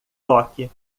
toque